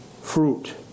fruit